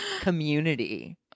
community